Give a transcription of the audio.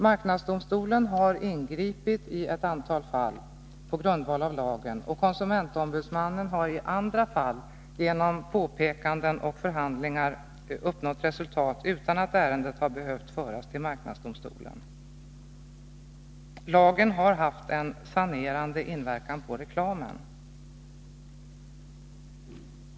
Marknadsdomstolen har ingripit i ett antal fall på grundval av lagen. Konsumentombudsmannen har i andra fall genom påpekanden och förhandlingar uppnått resultat utan att ärendet har behövt föras till marknadsdomstolen. Lagen har haft en sanerande inverkan på reklamen.